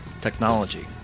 technology